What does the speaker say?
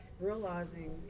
realizing